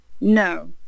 No